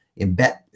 embed